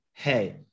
hey